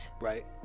Right